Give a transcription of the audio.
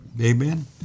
amen